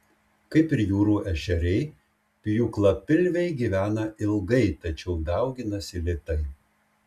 kaip ir jūrų ešeriai pjūklapilviai gyvena ilgai tačiau dauginasi lėtai